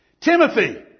Timothy